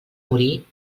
morir